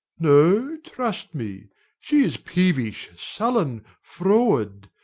no, trust me she is peevish, sullen, froward,